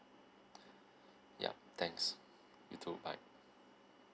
yup thanks you too bye